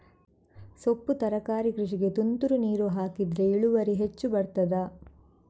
ಸೊಪ್ಪು ತರಕಾರಿ ಕೃಷಿಗೆ ತುಂತುರು ನೀರು ಹಾಕಿದ್ರೆ ಇಳುವರಿ ಹೆಚ್ಚು ಬರ್ತದ?